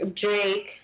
Drake